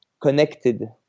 connected